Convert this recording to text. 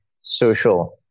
social